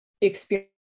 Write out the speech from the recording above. experience